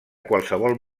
qualsevol